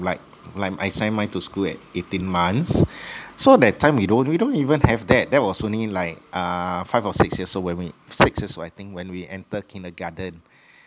like like I sent mine to school at eighteen months so that time you don't we don't even have that that was only like uh five or six years old six years old I think when we entered kindergarten